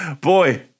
boy